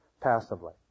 passively